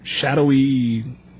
shadowy